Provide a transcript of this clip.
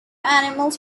animals